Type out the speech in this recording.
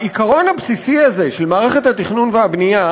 העיקרון הבסיסי הזה של מערכת התכנון והבנייה